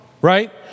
right